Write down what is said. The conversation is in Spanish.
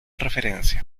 referencia